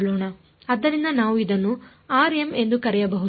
ಆದ್ದರಿಂದ ನಾವು ಇದನ್ನು rm ಎಂದು ಕರೆಯಬಹುದು